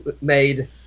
made